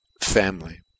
family